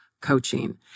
coaching